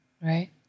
right